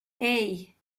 hey